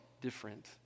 different